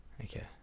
Okay